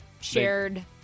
Shared